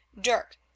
Dirk